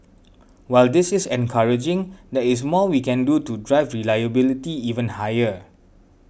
while this is encouraging there is more we can do to drive reliability even higher